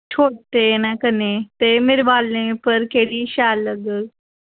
छोटे न कन्नै ते मेरे बालें उप्पर केह्ड़ी शैल लग्ग